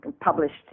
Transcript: published